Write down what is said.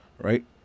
Right